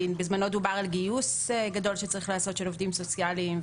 כי בזמנו דובר על גיוס גדול של עובדים סוציאליים שצריך לגייס.